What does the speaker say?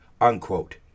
unquote